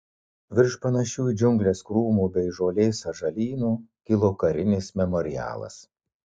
virš panašių į džiungles krūmų bei žolės sąžalynų kilo karinis memorialas